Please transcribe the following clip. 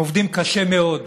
הם עובדים קשה מאוד.